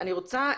אני רוצה,